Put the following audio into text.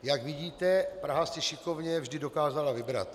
Jak vidíte, Praha si šikovně vždy dokázala vybrat.